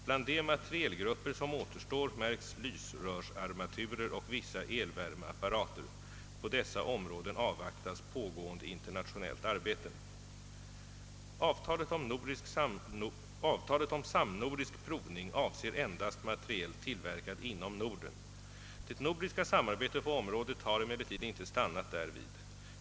Bland de materielgrupper som återstår märks lysrörsarmaturer och vissa elvärmeapparater. På dessa områden avvaktas pågående internationellt arbete. Avtalet om samnordisk provning avser endast materiel tillverkad inom Norden. Det nordiska samarbetet på området har emellertid inte stannat därvid.